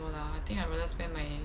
no lah I think I rather spend my